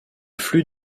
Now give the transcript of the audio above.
flux